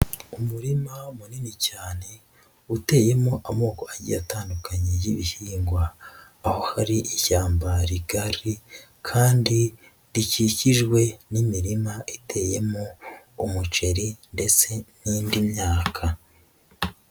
Umurima munini cyane, uteyemo amoko a atandukanye y'ibihingwa. Aho hari ishyamba rigari kandi rikikijwe n'imirima iteyemo umuceri ndetse n'indi myaka.